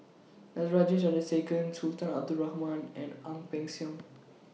Natarajan Chandrasekaran Sultan Abdul Rahman and Ang Peng Siong